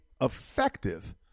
effective